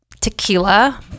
Tequila